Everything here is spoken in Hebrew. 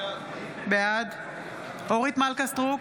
בעד אורית מלכה סטרוק,